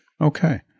okay